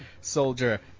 soldier